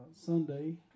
Sunday